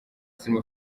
zirimo